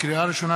לקריאה ראשונה,